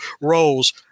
roles